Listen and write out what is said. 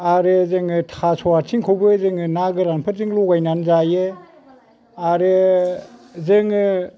आरो जोङो थास' आथिंखौबो जोङो ना गोरानफोरजों लगायनानै जायो आरो जोङो